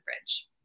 fridge